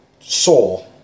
Soul